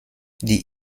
die